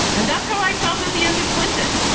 and that's how i felt at the end of clinton.